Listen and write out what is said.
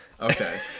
Okay